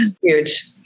Huge